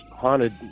haunted